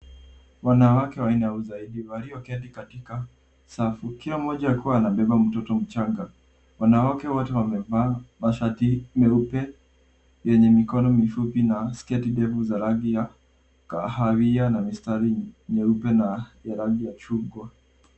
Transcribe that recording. Wanawake wanne au zaidi walioketi katika safu ikiwa mmoja akiwa anabeba mtoto mchanga. Wanawake wote wamevaa mashati meupe yenye mikono mifupi na sketi ndefu za rangi ya kahawia na mistari nyeupe na ya rangi ya chungwa.